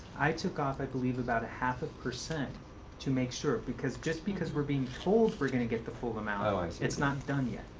i took off, i believe, about a half a percent to make sure because just because we're being told we're going to get the full amount oh, i see. it's not done yet.